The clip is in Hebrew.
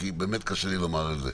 כי באמת קשה לי לומר את זה.